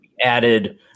added